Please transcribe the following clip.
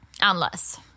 Unless-